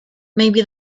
maybe